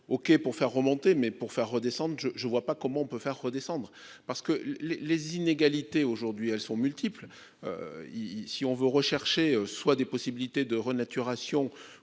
OK pour faire remonter mais pour faire redescendre je je ne vois pas comment on peut faire redescendre, parce que les les inégalités. Aujourd'hui, elles sont multiples. Il si on veut rechercher soit des possibilités de renaturation